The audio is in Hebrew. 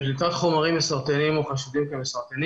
פליטת חומרים מסרטנים או חשודים מסרטנים